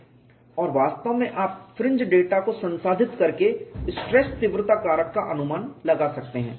और वास्तव में आप फ्रिंज डेटा को संसाधित करके स्ट्रेस तीव्रता कारक का अनुमान लगा सकते हैं